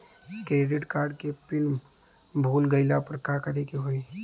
Credit card के pin भूल गईला पर का करे के होई?